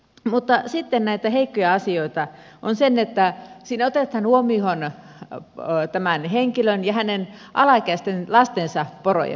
mutta sitten näitä heikkoja asioita on se että siinä otetaan huomioon tämän henkilön ja hänen alaikäisten lastensa porojen määrä